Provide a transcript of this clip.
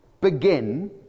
begin